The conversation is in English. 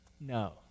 No